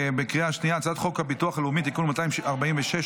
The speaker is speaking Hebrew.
הצעת חוק הביטוח הלאומי (תיקון מס' 246,